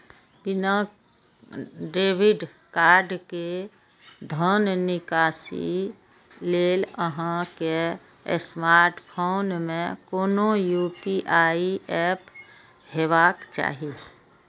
बिना debit card के धन निकासी लेल अहां के स्मार्टफोन मे कोनो यू.पी.आई एप हेबाक चाही